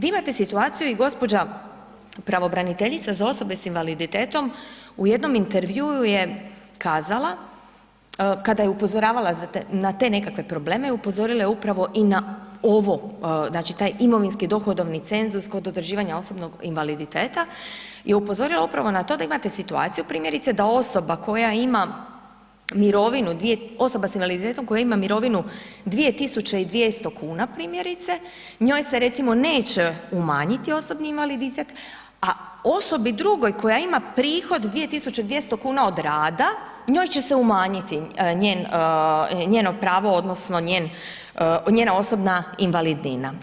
Vi imate situaciju i gđa. pravobranitelja za osobe s invaliditetom u jednom intervjuu je kazala kada je upozoravala na te nekakve probleme, upozorila je upravo i na ovo, znači taj imovinski dohodovni cenzus kod određivanja osobnog invaliditeta i upozorila je upravo na to da imate situaciju, primjerice, da osoba s invaliditetom koja ima mirovinu 2200 kn, primjerice, njoj se recimo, neće umanjiti osobni invaliditet, a osobi drugoj koja ima prihod 2200 kn od rada, njoj će se umanjiti njeno pravo odnosno njena osobna invalidnina.